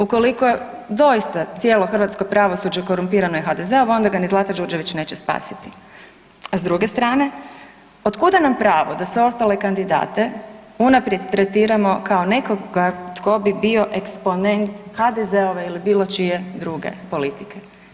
Ukoliko je doista cijelo hrvatsko pravosuđe korumpirano i HDZ-ovo, onda ga ni Zlata Đurđević neće spasiti a s druge strane otkuda nam pravo da sve ostale kandidate unaprijed tretiramo kao nekoga tko bi bio eksponent HDZ-ove ili bilo čije druge politike?